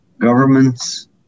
governments